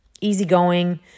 easygoing